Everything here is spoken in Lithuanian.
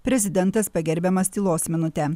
prezidentas pagerbiamas tylos minute